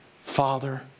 Father